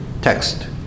text